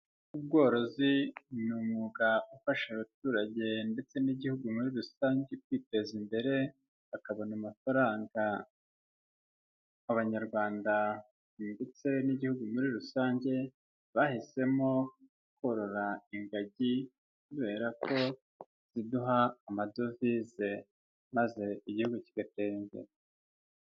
Ubworozi ni umwuga ufasha abaturage ndetse n'igihugu muri rusange kwiteza imbere bakabona amafaranga. Abanyarwanda ndetse n'igihugu muri rusange bahisemo korora ingagi kubera ko ziduha amadovize maze igihugu kigatera imbere.